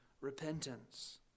repentance